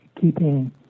keeping